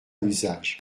l’usage